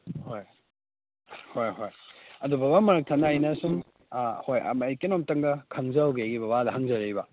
ꯍꯣꯏ ꯍꯣꯏ ꯍꯣꯏ ꯑꯗꯨ ꯕꯕꯥ ꯃꯔꯛ ꯊꯠꯅ ꯑꯩꯅ ꯁꯨꯝ ꯍꯣꯏ ꯑꯩ ꯀꯩꯅꯣꯝꯇꯪꯒ ꯈꯪꯖꯍꯧꯒꯦ ꯑꯩꯒꯤ ꯕꯕꯥꯗ ꯍꯪꯖꯔꯛꯏꯕ